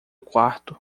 quarto